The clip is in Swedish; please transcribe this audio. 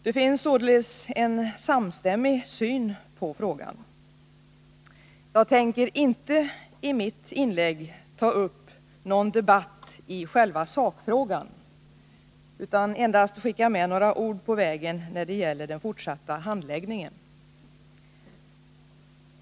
Det finns således en samstämmig syn på frågan. Jag tänker inte i mitt inlägg ta upp någon debatt i själva sakfrågan utan endast skicka med några ord på vägen när det gäller den fortsatta handläggningen.